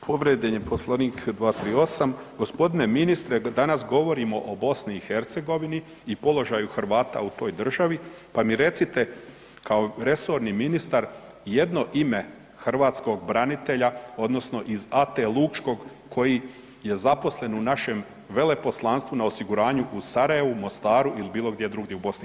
Povrijeđen je Poslovnik 238. g. Ministre, danas govorimo o BiH i položaju Hrvata u toj državi, pa mi recite kao resorni ministar jedno ime hrvatskog branitelja odnosno iz AT Lučkog koji je zaposlen u našem veleposlanstvu na osiguranju u Sarajevu, Mostaru ili bilo gdje drugdje u BiH?